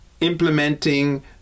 implementing